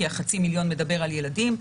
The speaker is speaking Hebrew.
כי חצי המיליון מדבר על ילדים.